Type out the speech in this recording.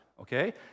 okay